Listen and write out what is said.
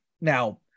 Now